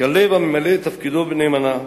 כְּלב הממלא את תפקידו נאמנה,